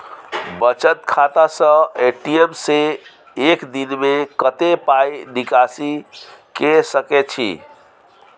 बचत खाता स ए.टी.एम से एक दिन में कत्ते पाई निकासी के सके छि?